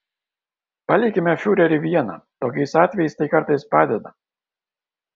palikime fiurerį vieną tokiais atvejais tai kartais padeda